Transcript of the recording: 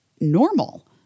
normal